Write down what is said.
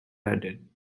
added